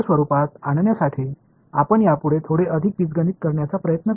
எனவே இதை இன்னும் கொஞ்சம் வசதியான அல்ஜிப்ரா வடிவத்தில் கொண்டு வர முயற்சிப்போம்